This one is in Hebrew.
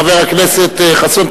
חבר הכנסת חסון,